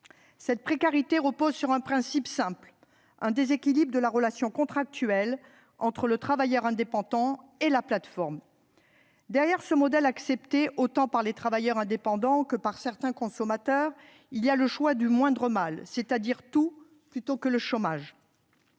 Cette précarité repose sur un principe simple : un déséquilibre de la relation contractuelle entre le travailleur indépendant et la plateforme. Derrière ce modèle, accepté autant par les travailleurs indépendants que par certains consommateurs, il y a le choix du moindre mal, c'est-à-dire : tout plutôt que le chômage.